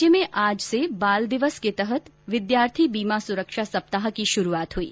राज्य में आज से बाल दिवस के तहत विद्यार्थी बीमा सुरक्षा सप्ताह की शुरूआत हुई